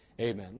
amen